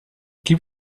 keep